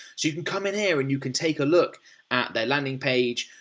so, you can come in here and you can take a look at their landing page.